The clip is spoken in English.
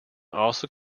also